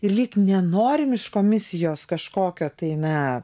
ir lyg nenorim iš komisijos kažkokio tai na